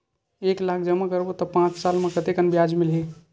एक लाख जमा करबो त पांच साल म कतेकन ब्याज मिलही?